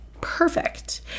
perfect